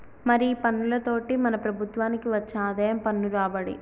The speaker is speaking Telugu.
మరి ఈ పన్నులతోటి మన ప్రభుత్వనికి వచ్చే ఆదాయం పన్ను రాబడి